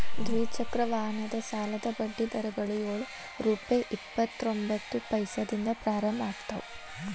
ದ್ವಿಚಕ್ರ ವಾಹನದ ಸಾಲದ ಬಡ್ಡಿ ದರಗಳು ಯೊಳ್ ರುಪೆ ಇಪ್ಪತ್ತರೊಬಂತ್ತ ಪೈಸೆದಿಂದ ಪ್ರಾರಂಭ ಆಗ್ತಾವ